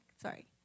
Sorry